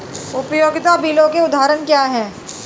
उपयोगिता बिलों के उदाहरण क्या हैं?